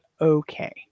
okay